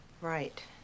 Right